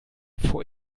vor